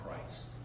Christ